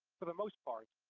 for the most part.